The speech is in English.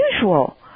unusual